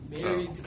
Married